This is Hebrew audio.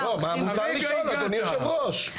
מותר לשאול, אדוני היושב ראש.